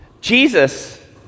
Jesus